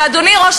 --- ועדת